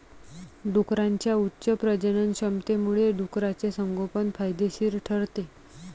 डुकरांच्या उच्च प्रजननक्षमतेमुळे डुकराचे संगोपन फायदेशीर ठरते